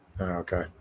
Okay